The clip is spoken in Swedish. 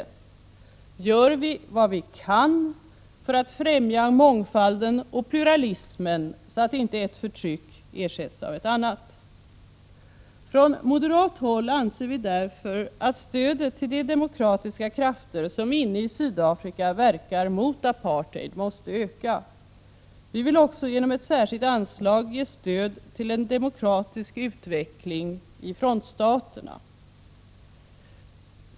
Gör vi vad vi kan för att främja mångfalden och pluralismen så att inte ett förtryck ersätts av ett annat? Från moderat håll anser vi att stödet till de demokratiska krafter som inne i Sydafrika verkar mot apartheid måste öka. Vi vill också genom ett särskilt anslag ge stöd till en demokratisk utveckling i frontstaterna.